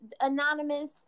Anonymous